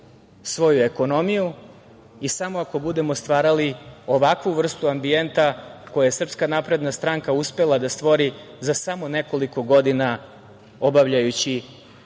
svoju ekonomiju i samo ako budemo stvarali ovakvu vrstu ambijenta koji je SNS uspela da stvori za samo nekoliko godina obavljajući